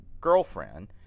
girlfriend